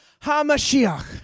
HaMashiach